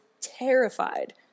terrified